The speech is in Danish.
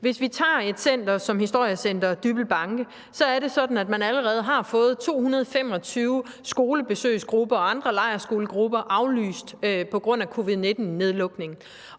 Hvis vi tager et center som Historiecenter Dybbøl Banke, er det sådan, at man allerede har fået 225 skolebesøgsgrupper og andre lejrskolegrupper aflyst på grund af covid-19-nedlukningen,